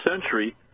century